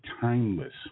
timeless